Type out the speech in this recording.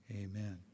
Amen